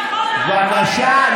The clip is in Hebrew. בבקשה.